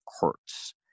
hurts